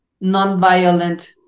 non-violent